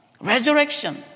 resurrection